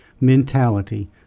mentality